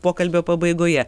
pokalbio pabaigoje